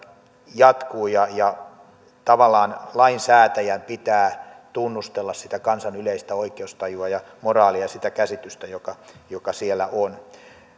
jatkuu ja ja tavallaan lainsäätäjän pitää tunnustella sitä kansan yleistä oikeustajua ja moraalia ja sitä käsitystä joka joka siellä on